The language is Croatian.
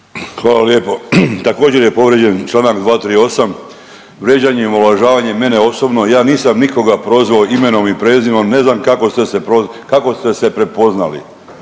Hvala lijepo. Također je povrijeđen čl. 238. vrijeđanje i omalovažavanje mene osobno. Ja nisam nikoga prozvao imenom i prezimenom ne znam kako ste se prepoznali,